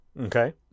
Okay